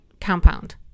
compound